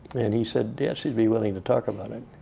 and he said yes, he'd be willing to talk about it.